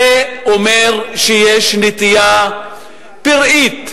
זה אומר שיש נטייה פראית,